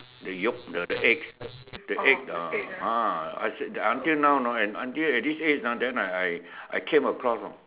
the Yolk the the egg the egg ah a'ah I search until now you know and until at this age ah then I I I came across you know